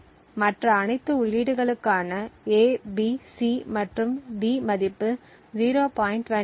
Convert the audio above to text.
5 ஆகவும் மற்ற அனைத்து உள்ளீடுகளான A B C மற்றும் D மதிப்பு 0